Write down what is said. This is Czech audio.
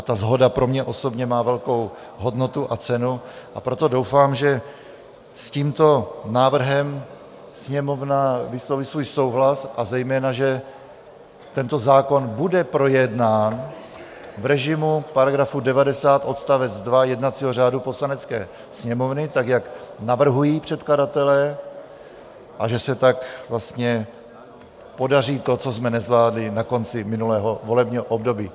Ta shoda pro mě osobně má velkou hodnotu a cenu, a proto doufám, že s tímto návrhem Sněmovna vysloví svůj souhlas, a zejména že tento zákon bude projednán v režimu § 90 odst. 2 jednacího řádu Poslanecké sněmovny tak, jak navrhují předkladatelé, a že se tak vlastně podaří to, co jsme nezvládli na konci minulého volebního období.